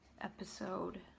episode